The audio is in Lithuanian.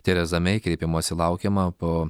tereza mei kreipimosi laukiama po